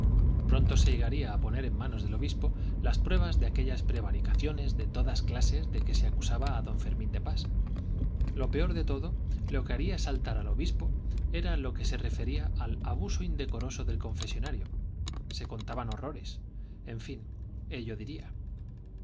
pronto se llegaría a poner en manos del obispo las pruebas de aquellas prevaricaciones de todas clases de que se acusaba a don fermín de pas lo peor de todo lo que haría saltar al obispo era lo que se refería al abuso indecoroso del confesonario se contaban horrores en fin ello diría